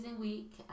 week